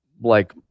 like-